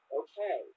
okay